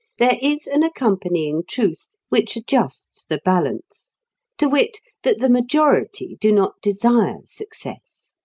there is an accompanying truth which adjusts the balance to wit, that the majority do not desire success.